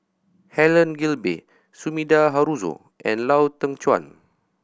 Helen Gilbey Sumida Haruzo and Lau Teng Chuan